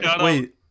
Wait